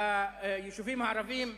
ביישובים הערביים,